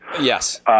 Yes